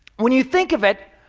when you think of it,